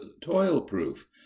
toil-proof